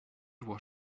what